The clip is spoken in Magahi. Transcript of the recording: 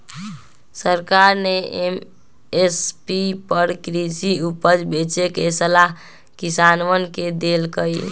सरकार ने एम.एस.पी पर कृषि उपज बेचे के सलाह किसनवन के देल कई